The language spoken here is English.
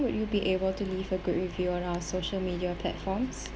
will you be able to leave a good review on our social media platforms